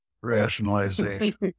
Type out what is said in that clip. rationalization